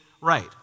right